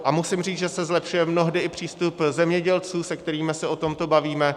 A musím říct, že se zlepšuje mnohdy i přístup zemědělců, se kterými se o tomto bavíme.